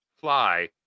fly